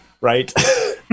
Right